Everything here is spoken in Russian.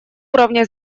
уровня